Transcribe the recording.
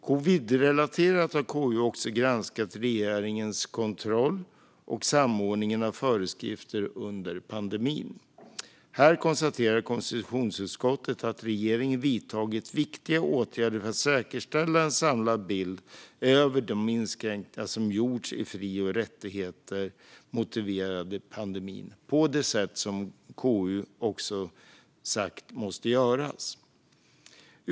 Relaterat till covid har KU också granskat regeringens kontroll och samordningen av föreskrifter under pandemin. Här konstaterar konstitutionsutskottet att regeringen vidtagit viktiga åtgärder för att säkerställa en samlad bild över de inskränkningar som gjorts i fri och rättigheter med anledning av pandemin, på det sätt som KU också sagt måste ske.